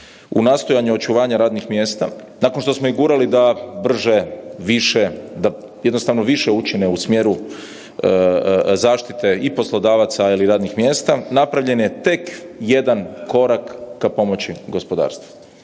u nastojanju očuvanja radnih mjesta, nakon što smo ih gurali da brže, više da jednostavno više učine u smjeru zaštite i poslodavaca, ali i radnih mjesta, napravljen je tek jedan korak k pomoći gospodarstvu.